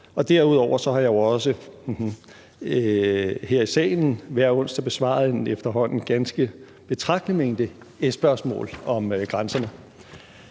Derudover har jeg jo også her i salen hver onsdag besvaret en efterhånden ganske betragtelig mængde § 20-spørgsmål om grænserne.